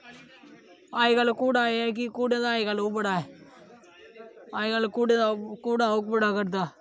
अजकल घोड़ा ऐ है कि घोड़ा दा अजकल ओह् बड़ा ऐ अजकल घोडे़ दा घोड़ा ओह् बड़ा करदा